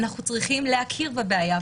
אנחנו צריכים להכיר בבעיה,